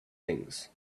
things